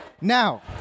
now